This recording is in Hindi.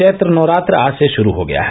चैत्र नवरात्र आज से षुरू हो गया है